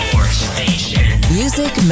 Music